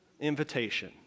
invitation